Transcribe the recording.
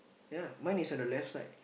ya mine is on the left side